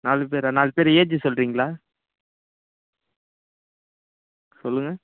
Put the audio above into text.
நாலு பேரா நாலு பேர் ஏஜு சொல்கிறீங்களா சொல்லுங்க